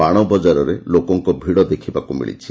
ବାଶ ବଜାରରେ ଲୋକଙ୍କ ଭିଡ଼ ଦେଖିବାକୁ ମିଳିଛି